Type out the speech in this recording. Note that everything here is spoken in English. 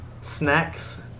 snacks